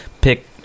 pick